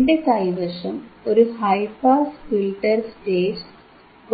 എന്റെ കൈവശം ഒരു ഹൈ പാസ് ഫിൽറ്റർ സ്റ്റേജ്